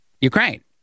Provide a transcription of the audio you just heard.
Ukraine